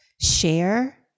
share